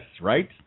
right